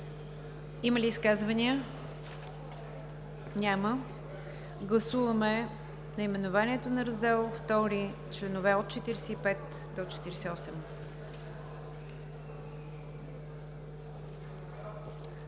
за изказвания? Няма. Гласуваме наименованието на Раздел V и членове от 27 до 32